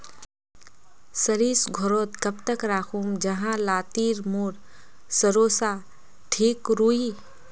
सरिस घोरोत कब तक राखुम जाहा लात्तिर मोर सरोसा ठिक रुई?